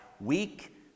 weak